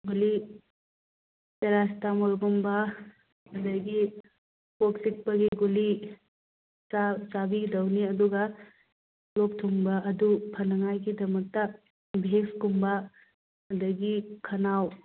ꯒꯨꯂꯤ ꯄꯦꯔꯥꯁꯤꯇꯥꯃꯣꯜ ꯒꯨꯝꯕ ꯑꯗꯒꯤ ꯀꯣꯛ ꯆꯤꯛꯄꯒꯤ ꯒꯨꯂꯤ ꯆꯥꯕꯤꯒꯗꯧꯕꯅꯤ ꯑꯗꯨꯒ ꯂꯣꯛ ꯊꯨꯡꯕ ꯑꯗꯨ ꯐꯅꯉꯥꯏꯒꯤꯗꯃꯛꯇ ꯚꯤꯛꯁ ꯀꯨꯝꯕ ꯑꯗꯒꯤ ꯈꯅꯥꯎ